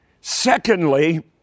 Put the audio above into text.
Secondly